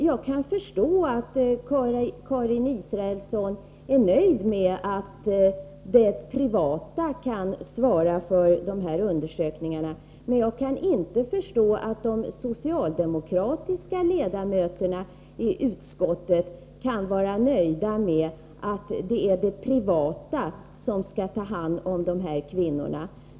Jag kan förstå att Karin Israelsson är nöjd med att den privata vården kan svara för dessa undersökningar, men jag kan inte förstå att de socialdemokratiska ledamöterna i utskottet är nöjda med att den privata vården tar hand om dessa kvinnor.